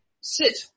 sit